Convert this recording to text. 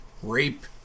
rape